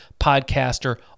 podcaster